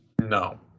No